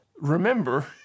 remember